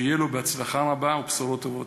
שיהיה לו בהצלחה רבה ובשורות טובות.